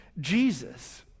Jesus